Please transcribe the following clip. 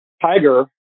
Tiger